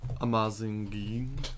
Amazing